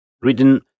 written